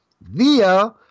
via